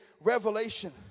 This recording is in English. revelation